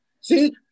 see